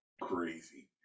crazy